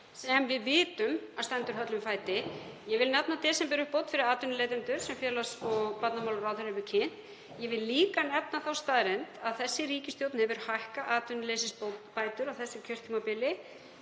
sem við vitum að stendur höllum fæti. Ég vil nefna desemberuppbót fyrir atvinnuleitendur sem félags- og barnamálaráðherra hefur kynnt. Ég vil líka nefna þá staðreynd að þessi ríkisstjórn hefur hækkað atvinnuleysisbætur á þessu kjörtímabili,